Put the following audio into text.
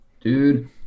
Dude